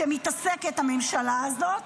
שבה מתעסקת הממשלה הזאת,